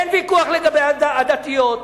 אין ויכוח לגבי הדתיות.